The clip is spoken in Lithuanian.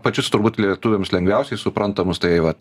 pačius turbūt lietuviams lengviausiai suprantamus tai vat